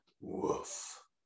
Woof